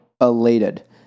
Elated